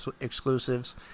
exclusives